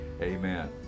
amen